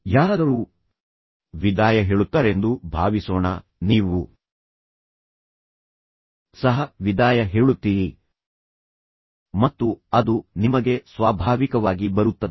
ಯಾರಾದರೂ ವಿದಾಯ ಹೇಳುತ್ತಾರೆಂದು ಭಾವಿಸೋಣ ನೀವೂ ಸಹ ವಿದಾಯ ಹೇಳುತ್ತೀರಿ ಮತ್ತು ಅದು ನಿಮಗೆ ಸ್ವಾಭಾವಿಕವಾಗಿ ಬರುತ್ತದೆ